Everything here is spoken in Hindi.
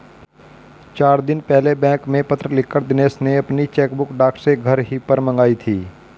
चार दिन पहले बैंक में पत्र लिखकर दिनेश ने अपनी चेकबुक डाक से घर ही पर मंगाई थी